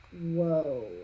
whoa